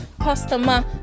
customer